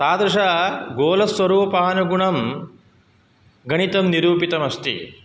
तादृश गोलस्वरूपानुगुणं गणितं निरूपितमस्ति